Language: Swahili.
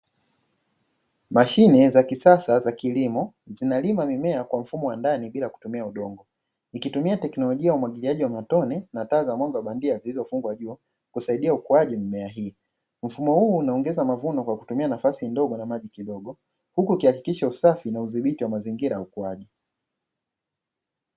Mashine za kisasa, za kilimo zinalima mimea kwa mfumo wa ndani bila kutumia udongo. Ikitumia teknolojia ya umwagiliaji wa matone na taa za mwanga bandia zilizofungwa juu kusaidia ukuaji mimea hii. Mfumo huu unaongeza mavuno kwa kutumia nafasi ndogo na maji kidogo, huku ukihakikisha usafi na udhibiti wa mazingira ya ukuaji.